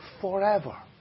forever